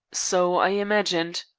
so i imagined.